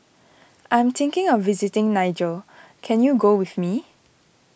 I am thinking of visiting Niger can you go with me